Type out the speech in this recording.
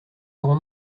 grand